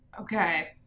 Okay